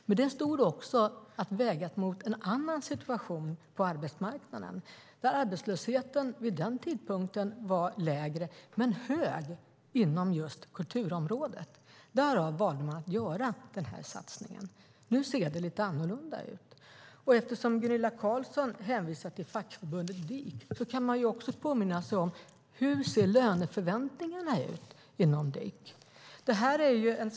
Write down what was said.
Men den skulle också vägas mot en annan situation på arbetsmarknaden, där arbetslösheten vid den tidpunkten var lägre men hög inom just kulturområdet. Därför valde man att göra den här satsningen. Nu ser det lite annorlunda ut. Eftersom Gunilla Carlsson hänvisar till fackförbundet DIK kan man påminna sig om hur löneförväntningarna ser ut inom DIK.